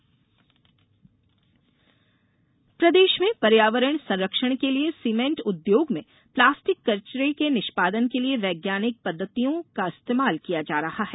कोयला बचत प्रदेश में पर्यावरण संरक्षण के लिये सीमेंट उद्योग में प्लास्टिक कचरे के निष्पादन के लिये वैज्ञानिक पद्धतियों का इस्तेमाल किया जा रहा है